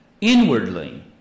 inwardly